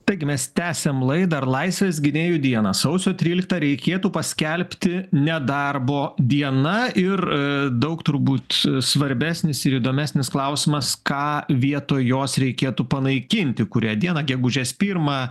taigi mes tęsiam laidą ar laisvės gynėjų dieną sausio tryliktą reikėtų paskelbti nedarbo diena ir daug turbūt svarbesnis ir įdomesnis klausimas ką vietoj jos reikėtų panaikinti kurią dieną gegužės pirmą